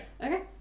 Okay